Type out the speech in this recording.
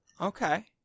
Okay